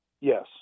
Yes